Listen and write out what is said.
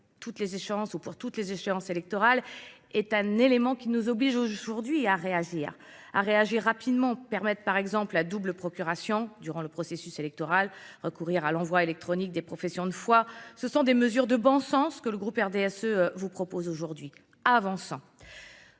toutes les échéances ou pour toutes les échéances électorales. C'est un élément qui nous oblige aujourd'hui à réagir, à réagir rapidement, permettre par exemple la double procuration durant le processus électoral, recourir à l'envoi électronique des professions de foi. Ce sont des mesures de bon sens que le groupe RDSE vous propose aujourd'hui, avançant.